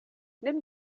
nimm